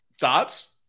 thoughts